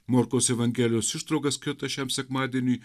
morkaus evangelijos ištrauka skirta šiam sekmadieniui